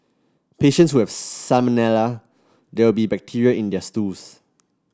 patients who have salmonella there will be bacteria in their stools